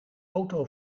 auto